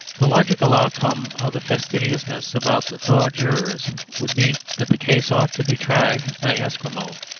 the logical outcome of the fastidiousness about the thaw jurors would be that the case ought to be tried by esquimaux,